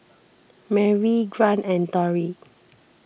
Merri Grant and Torie